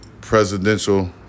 presidential